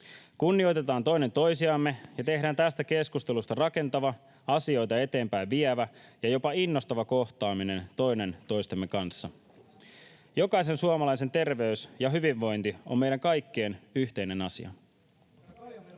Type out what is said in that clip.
Kunnioitetaan toinen toisiamme ja tehdään tästä keskustelusta rakentava, asioita eteenpäin vievä ja jopa innostava kohtaaminen toinen toistemme kanssa. Jokaisen suomalaisen terveys ja hyvinvointi on meidän kaikkien yhteinen asia.